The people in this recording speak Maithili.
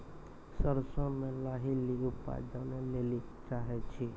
सरसों मे लाही के ली उपाय जाने लैली चाहे छी?